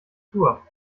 tour